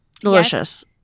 Delicious